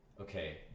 okay